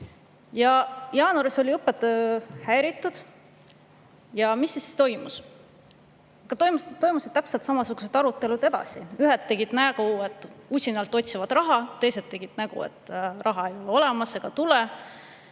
Jaanuaris oli õppetöö häiritud. Ja mis siis toimus? Toimusid täpselt samasugused arutelud edasi. Ühed tegid nägu, et otsivad usinalt raha, teised tegid nägu, et raha ei ole olemas ega tule.